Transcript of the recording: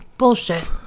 bullshit